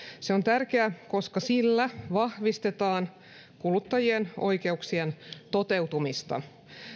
se on tärkeä koska sillä vahvistetaan kuluttajien oikeuksien toteutumista